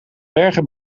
bergen